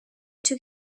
took